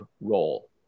role